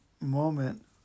moment